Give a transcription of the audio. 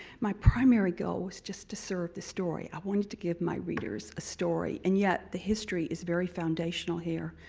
my primary goal was just to serve the story. i wanted to give my readers a story. and yet, the history is very foundational here,